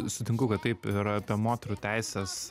sutinku kad taip ir apie moterų teises